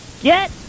get